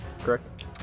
correct